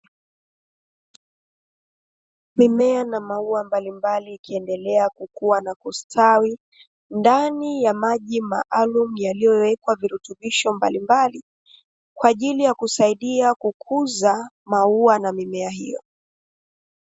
Mimea na maua mbalimbali ikiendelea kukua na kustawi ndani ya maji maalumu yaliyowekwa virutubidho mbalimbli, kwa ajili ya kusaidia kukuza maua na mimea hiyo.